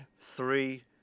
Three